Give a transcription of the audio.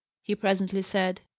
he presently said.